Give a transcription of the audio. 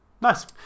Nice